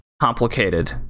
complicated